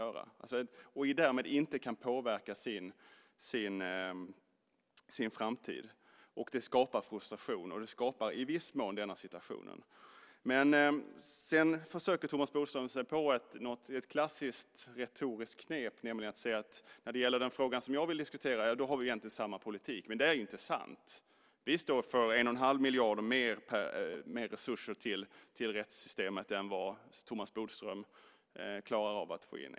Därmed kan de inte heller påverka sin framtid, vilket skapar frustration och i viss mån också den situation vi har. Sedan försöker Thomas Bodström sig på ett klassiskt retoriskt knep genom att säga att vi egentligen har samma politik när det gäller den fråga som jag vill diskutera. Det är ju inte sant. Vi ger 1 1⁄2 miljard mer resurser till rättssystemet än vad Thomas Bodström klarar av att få in.